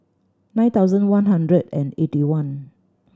nine thousand one hundred and eighty one